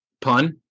Pun